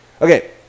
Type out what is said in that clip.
Okay